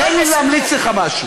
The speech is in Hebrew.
תן לי להמליץ לך משהו.